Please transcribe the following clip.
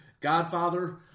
Godfather